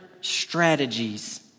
strategies